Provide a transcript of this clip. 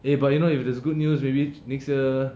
eh but you know if there's good news maybe next year